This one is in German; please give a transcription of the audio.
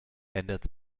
ändert